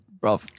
Bro